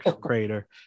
crater